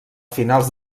finals